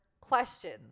questions